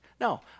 No